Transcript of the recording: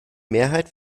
mehrheit